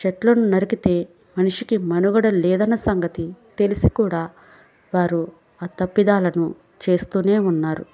చెట్లను నరికితే మనిషికి మనుగడ లేదన్న సంగతి తెలిసి కూడా వారు ఆ తప్పిదాలను చేస్తూనే ఉన్నారు